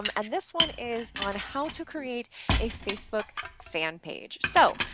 um and this one is on how to create a facebook fan page. so,